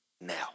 now